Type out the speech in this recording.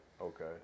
Okay